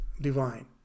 Divine